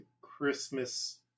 Christmas